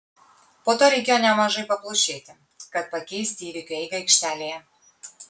po to reikėjo nemažai paplušėti kad pakeisti įvykių eigą aikštelėje